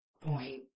point